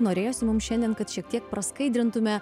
norėjosi mum šiandien kad šiek tiek praskaidrintume